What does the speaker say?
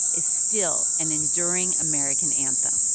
is still an enduring american anthem.